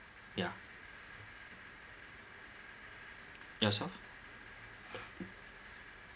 ya yourself